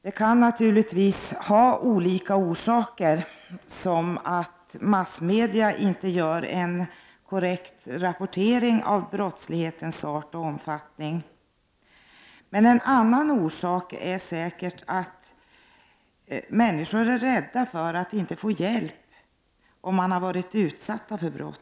Detta kan naturligtvis ha olika orsaker. Massmedia gör t.ex. inte en korrekt rapportering av brottslighetens art och omfattning. Men en annan orsak är säkert att människor som utsätts för brott är rädda för att inte få hjälp.